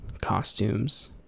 costumes